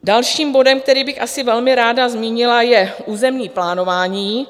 Dalším bodem, který bych velmi ráda zmínila, je územní plánování.